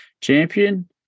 champion